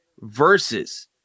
versus